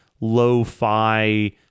lo-fi